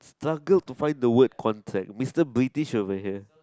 struggled to find the word contract Mister British over here